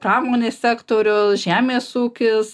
pramonės sektorių žemės ūkis